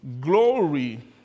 glory